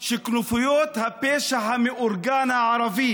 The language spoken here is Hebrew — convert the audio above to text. שכנופיות הפשע המאורגן הערבי